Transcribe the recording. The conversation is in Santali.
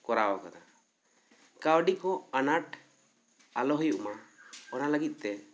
ᱠᱚᱨᱟᱣ ᱟᱠᱟᱫᱟ ᱠᱟᱹᱣᱰᱤ ᱠᱚ ᱟᱱᱟᱴ ᱟᱞᱚ ᱦᱩᱭᱩᱜ ᱢᱟ ᱚᱱᱟ ᱞᱟᱹᱜᱤᱫ ᱛᱮ